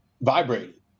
vibrated